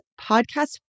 podcast